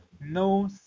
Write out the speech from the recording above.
no